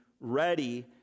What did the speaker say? ready